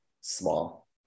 small